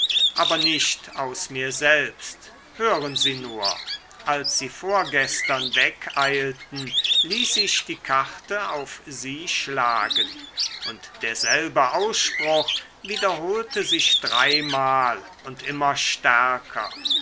aber nicht aus mir selbst hören sie nur als sie vorgestern wegeilten ließ ich die karte auf sie schlagen und derselbe ausspruch wiederholte sich dreimal und immer stärker